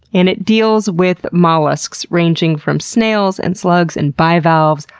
and it deals with mollusks ranging from snails and slugs, and bivalves,